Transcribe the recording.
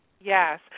Yes